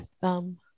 thumb